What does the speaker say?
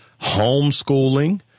homeschooling